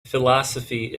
philosophy